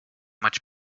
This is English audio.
much